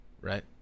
right